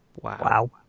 Wow